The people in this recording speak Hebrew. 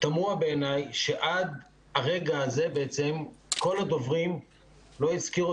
שתמוה בעיניי שעד הרגע הזה בעצם כל הדוברים לא הזכירו